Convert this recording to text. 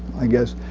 i guess.